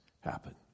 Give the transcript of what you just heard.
happen